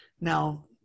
now